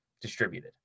distributed